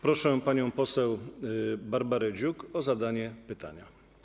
Proszę panią poseł Barbarę Dziuk o zadanie pytania.